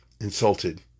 insulted